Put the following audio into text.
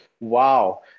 wow